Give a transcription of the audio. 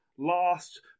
last